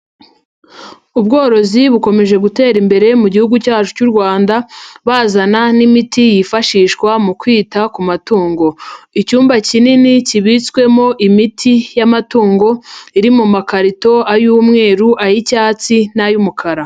Ubworozi bukomeje gutera imbere mu Gihugu cyacu cy'u Rwanda, bazana n'imiti yifashishwa mu kwita ku matungo, icyumba kinini kibitswemo imiti y'amatungo iri mu makarito ay'umweru, ay'icyatsi n'ay'umukara.